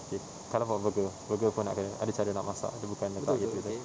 okay kalau buat burger burger pun ada ada cara nak masak itu bukan letak jer burger